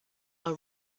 are